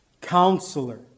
counselor